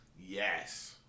yes